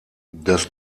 das